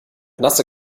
nasse